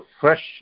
fresh